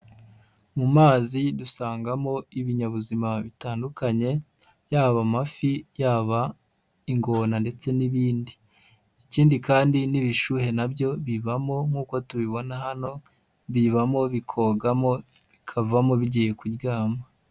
Mu mazi dusangamo ibinyabuzima bitandukanye, yaba amafi, yaba ingona ndetse n'ibindi. Ikindi kandi n'ibishuhe na byo bibamo nk'uko tubibona hano, bibamo bikogamo, bikavamo bigiye kuryama.